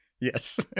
Yes